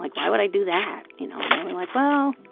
like why would i do that, you know? and they were like, well